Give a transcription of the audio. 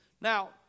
Now